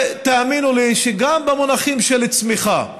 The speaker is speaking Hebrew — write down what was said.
תאמינו לי שגם במונחים של צמיחה,